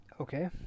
Okay